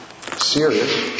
serious